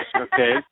Okay